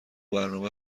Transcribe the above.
برنامه